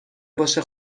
باشه